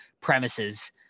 premises